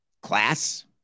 class